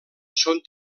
són